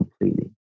completely